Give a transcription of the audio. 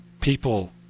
people